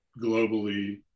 globally